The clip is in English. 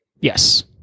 Yes